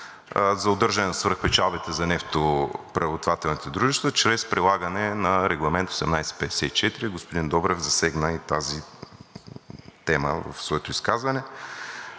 за удържане на свръхпечалбите за нефтопреработвателните дружества чрез прилагане на Регламент 1854 – господин Добрев засегна и тази тема в своето изказване,